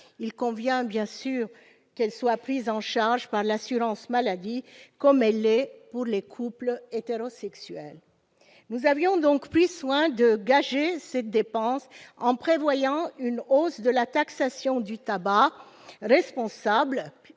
il convient évidemment que celle-ci soit prise en charge par l'assurance maladie, comme elle l'est pour les couples hétérosexuels. Nous avions donc pris soin de gager la dépense en prévoyant une hausse de la taxation du tabac, responsable,